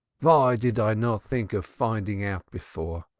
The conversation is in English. why did i not think of finding out before?